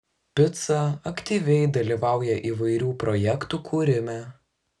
pica aktyviai dalyvauja įvairių projektų kūrime